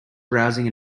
browsing